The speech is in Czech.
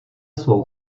svou